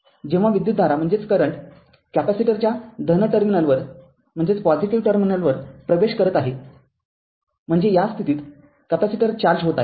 जेव्हा विद्युतधारा कॅपेसिटरच्या धन टर्मिनलवर प्रवेश करत आहेम्हणजे या स्थितीत कॅपेसिटर चार्ज होत आहे